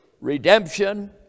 redemption